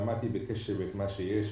שמעתי בקשב את מה שיש,